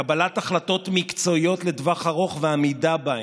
קבלת החלטות מקצועיות לטווח ארוך ועמידה בהן,